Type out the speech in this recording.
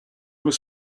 was